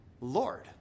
Lord